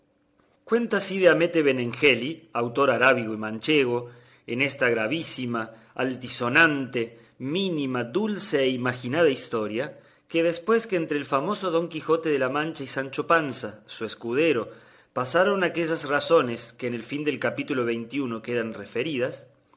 cuenta cide hamete benengeli autor arábigo y manchego en esta gravísima altisonante mínima dulce e imaginada historia que después que entre el famoso don quijote de la mancha y sancho panza su escudero pasaron aquellas razones que en el fin del capítulo veinte y uno quedan referidas